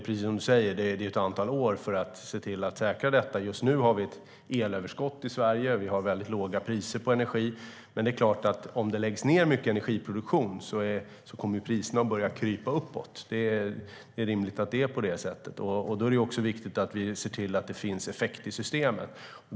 Precis som Jörgen Warborn säger tar det ett antal år att säkra detta. Just nu har vi elöverskott i Sverige. Vi har väldigt låga priser på energi. Men om mycket energiproduktion läggs ned kommer priserna att börja krypa uppåt. Det är rimligt att så sker, och då är det viktigt att vi ser till att det finns effekt i systemet.